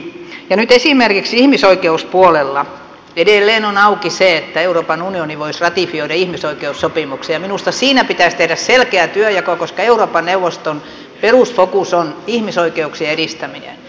ja nyt esimerkiksi ihmisoikeuspuolella edelleen on auki se että euroopan unioni voisi ratifioida ihmisoikeussopimuksen ja minusta siinä pitäisi tehdä selkeä työnjako koska euroopan neuvoston perusfokus on ihmisoikeuksien edistäminen